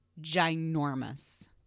ginormous